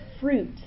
fruit